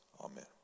Amen